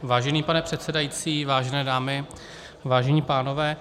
Vážený pane předsedající, vážené dámy, vážení pánové.